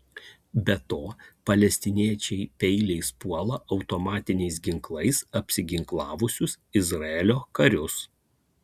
be to palestiniečiai peiliais puola automatiniais ginklais apsiginklavusius izraelio karius